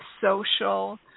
social